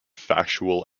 factual